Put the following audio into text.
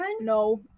No